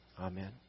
Amen